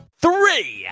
Three